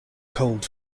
cold